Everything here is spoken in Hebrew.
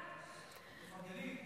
תפרגני.